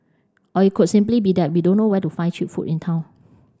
or it could simply be that we don't know where to find cheap food in town